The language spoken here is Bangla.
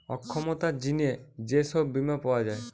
অক্ষমতার জিনে যে সব বীমা পাওয়া যায়